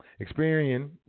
experian